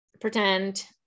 Pretend